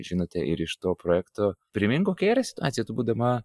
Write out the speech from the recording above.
žinote ir iš to projekto primink kokia yra situacija tu būdama